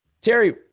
Terry